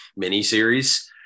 miniseries